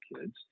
kids